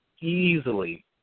easily